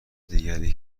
دیگری